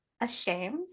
ashamed